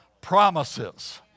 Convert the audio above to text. promises